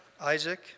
Isaac